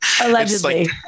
Allegedly